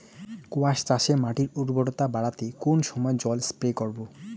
কোয়াস চাষে মাটির উর্বরতা বাড়াতে কোন সময় জল স্প্রে করব?